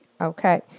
Okay